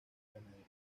ganadería